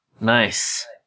Nice